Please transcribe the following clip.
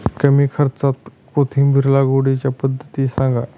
कमी खर्च्यात कोथिंबिर लागवडीची पद्धत सांगा